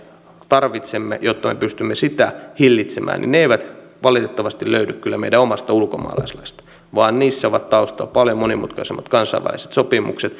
tarvitsemme jotta me pystymme sitä hillitsemään eivät valitettavasti löydy kyllä meidän omasta ulkomaalaislaistamme vaan niissä ovat taustalla paljon monimutkaisemmat kansainväliset sopimukset